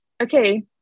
okay